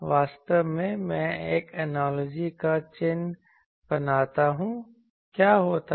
वास्तव में मैं एक एनालॉजी का चित्र बनाता हूं क्या होता है